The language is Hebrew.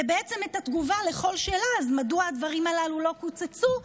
ובעצם את התגובה על כל שאלה: אז מדוע הדברים הללו לא קוצצו?